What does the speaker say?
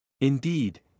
Indeed